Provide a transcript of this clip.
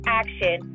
action